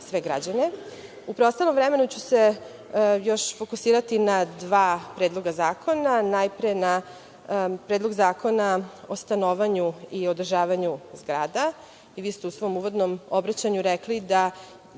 sve građane.U preostalom vremenu ću se još fokusirati na dva predloga zakona. Najpre na Predlog zakona o stanovanju i održavanju zgrada. Vi ste u svom uvodnom obraćanju rekli da